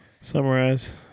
Summarize